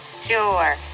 Sure